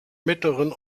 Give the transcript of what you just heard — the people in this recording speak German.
mittleren